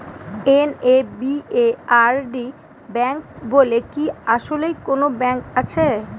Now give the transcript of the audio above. NABARD bank বলে কি আসলেই কোনো ব্যাংক আছে?